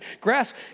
grasp